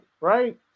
right